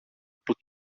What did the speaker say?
που